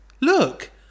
look